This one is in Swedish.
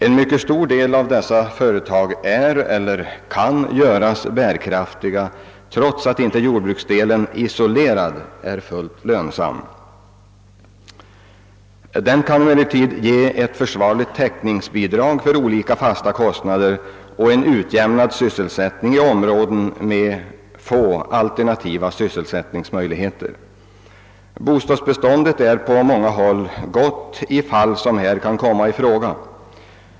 Ett mycket stort antal av dessa företag är eller kan göras bärkraftiga trots att jordbruksdelen isolerad inte är fullt lönsam. Den kan ge ett försvarligt täckningsbidrag för olika fasta kostnader och en utjämnad sysselsättning i områden med få alternativa sysselsättningsmöjligheter. Bostadsbeståndet är på många håll gott i fall som här kan komma i fråga.